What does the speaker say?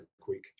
quick